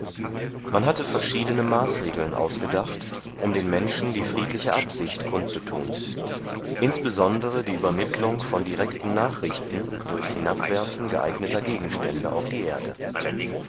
man hatte verschiedene maßregeln ausgedacht um den menschen die friedliche absicht kundzutun insbesondere die übermittlung von direkten nachrichten durch hinabwerfen geeigneter gegenstände auf die erde